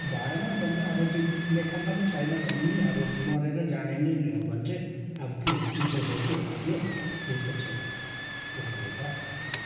भएन भने अब त्यो लेखान्त मै छैन भने पनि अब मरेर जाने नै हो भने चाहिँ अब कुन चाहिँको के लाग्यो केही त छैन उपाय त